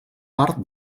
part